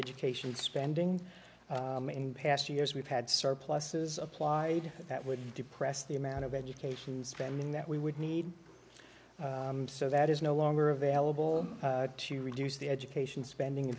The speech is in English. education spending in past years we've had surpluses applied that would depress the amount of education spending that we would need so that is no longer available to reduce the education spending